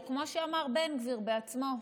או כמו שאמר בן גביר בעצמו,